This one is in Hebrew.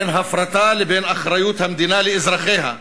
בין הפרטה לבין אחריות המדינה לאזרחיה,